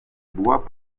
bois